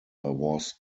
was